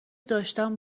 داشتم